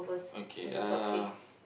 okay uh